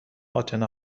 اتنا